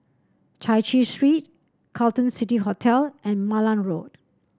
Chai Chee Street Carlton City Hotel and Malan Road